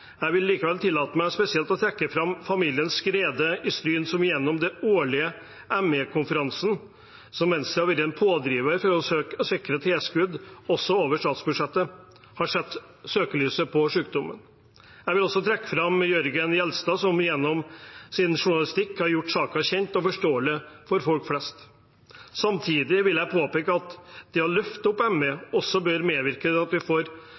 Jeg vil likevel tillate meg å trekke fram spesielt familien Skrede i Stryn, som gjennom den årlige ME-konferansen – som Venstre har vært en pådriver for å sikre tilskudd til, også over statsbudsjettet – har satt søkelys på sykdommen. Jeg vil også trekke fram Jørgen Gjelstad, som gjennom sin journalistikk har gjort saken kjent og forståelig for folk flest. Samtidig vil jeg påpeke at å løfte fram ME også bør medvirke til at vi får